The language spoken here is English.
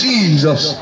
Jesus